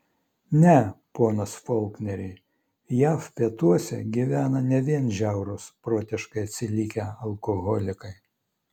ne pone folkneri jav pietuose gyvena ne vien žiaurūs protiškai atsilikę alkoholikai